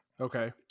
Okay